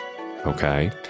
okay